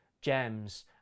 gems